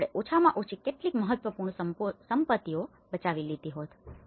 અને આપણે ઓછામાં ઓછી કેટલીક મહત્વપૂર્ણ સંપત્તિઓ બચાવી લીધી હોત